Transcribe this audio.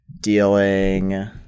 dealing